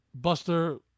Buster